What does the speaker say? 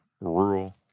rural